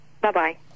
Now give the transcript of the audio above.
Bye-bye